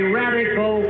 radical